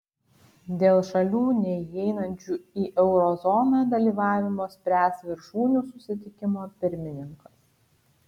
dėl šalių neįeinančių į euro zoną dalyvavimo spręs viršūnių susitikimo pirmininkas